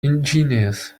ingenious